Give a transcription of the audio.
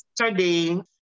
yesterday